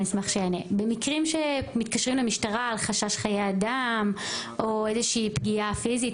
במקרים שמתקשרים למשטרה על חשש חיי אדם או איזושהי פגיעה פיזית,